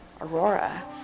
Aurora